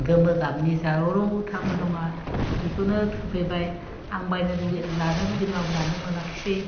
गोमो गाबनि जारौरौ थारमोन रङा बेखौनो होफैबाय आं बायनो लुगै लानो लुबैदोंबाबो लानो मोनाखसै